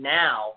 now